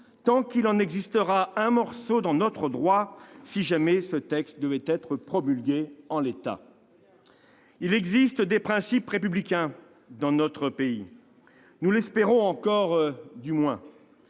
tant qu'il en existera un morceau dans notre droit, si jamais ce texte devait être promulgué en l'état. Très bien ! Il existe des principes républicains dans notre pays, nous l'espérons encore du moins.